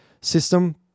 system